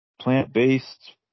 plant-based